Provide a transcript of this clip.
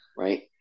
Right